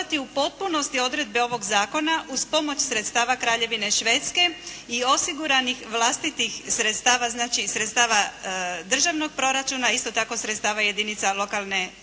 u potpunosti odredbe ovog zakona uz pomoć sredstava Kraljevine Švedske i osiguranih vlastitih sredstava, znači sredstava državnog proračuna, a isto tako sredstava jedinica lokalne